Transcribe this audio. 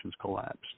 collapsed